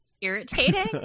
irritating